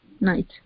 night